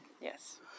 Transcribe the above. Yes